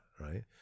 Right